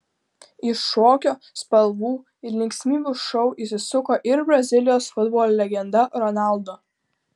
į šokio spalvų ir linksmybių šou įsisuko ir brazilijos futbolo legenda ronaldo